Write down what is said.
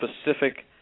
specific